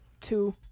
Two